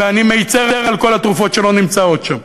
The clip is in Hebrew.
ואני מצר על כל התרופות שלא נמצאות שם.